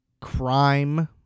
crime